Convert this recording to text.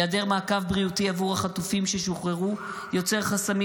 היעדר מעקב בריאותי עבור החטופים ששוחררו יוצר חסמים